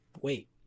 wait